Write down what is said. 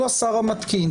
הוא השר המתקין,